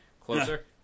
closer